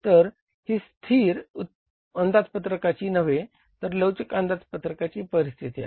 तर ही स्थिर अंदाजपत्रकाची आहे